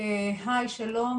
היי שלום,